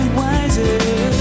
wiser